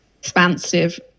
expansive